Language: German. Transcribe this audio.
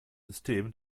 system